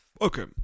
Okay